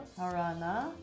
harana